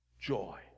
joy